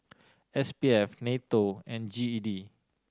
S P F NATO and G E D